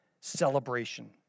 celebration